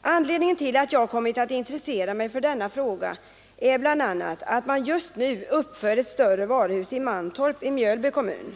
Anledningen till att jag kommit att intressera mig för denna fråga är bl.a. att man just nu uppför ett större varuhus vid Mantorp i Mjölby kommun.